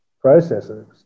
processes